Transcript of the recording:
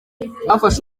byafashe